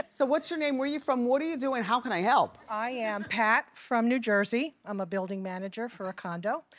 so what's your name, where you from, what do you do and how can i help? i am pat from new jersey, i'm a building manager for a condo,